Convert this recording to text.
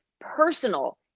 personal